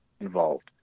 involved